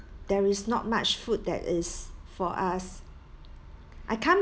there is not much food that is for us I can't